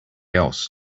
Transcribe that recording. else